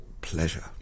Pleasure